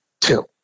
two